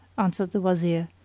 answered the wazir,